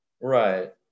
Right